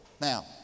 Now